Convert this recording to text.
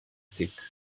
tic